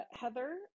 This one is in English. Heather